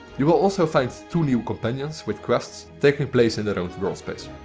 you will also find two new companions with quests taking place in their own worldspace.